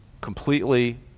completely